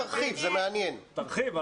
תרחיב,